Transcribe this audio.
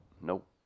Nope